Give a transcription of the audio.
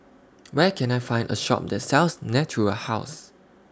Where Can I Find A Shop that sells Natura House